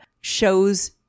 shows